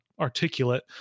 articulate